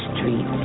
Street